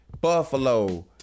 Buffalo